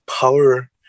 power